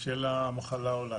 של המחלה ההולנדית.